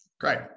Great